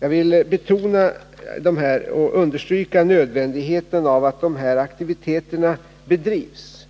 Jag vill betona detta och understryka nödvändigheten av att dessa aktiviteter bedrivs